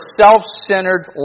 self-centered